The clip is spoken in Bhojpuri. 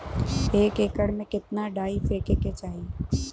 एक एकड़ में कितना डाई फेके के चाही?